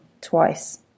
twice